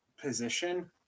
position